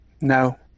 no